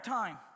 time